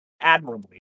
admirably